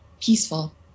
peaceful